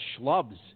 schlubs